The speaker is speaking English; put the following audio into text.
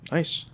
Nice